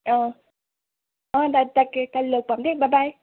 অঁ অঁ তাকে কালি লগ পাম দেই বা বাই